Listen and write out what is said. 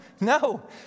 No